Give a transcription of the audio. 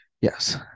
Yes